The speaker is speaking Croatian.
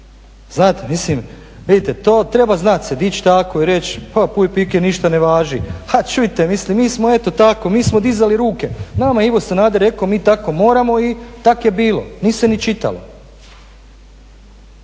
nešto rekli. Vidite, to treba znat se dići tako i reći … ništa ne važi, a čujte mislim mi smo eto tako, mi smo dizali ruke, nama je Ivo Sanader rekao mi tako moramo i tak je bilo, niste ni čitali.